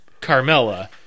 Carmella